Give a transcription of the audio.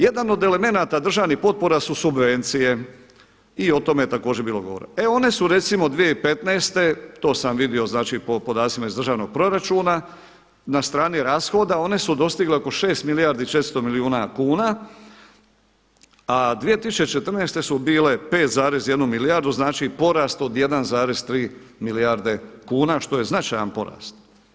Jedan od elemenata državnih potpora su subvencije i o tome je također bilo govora, e one su recimo 2015. to sam vidio po podacima iz državnog proračuna na strani rashoda one su dostigle oko 6 milijardi 400 milijuna kuna, a 2014. su bile 5,1 milijardu znači porast od 1,3 milijarde kuna što je značajan porast.